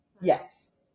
Yes